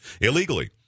illegally